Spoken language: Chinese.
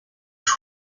酋长